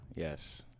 Yes